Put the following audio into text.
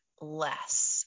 less